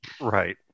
Right